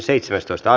asia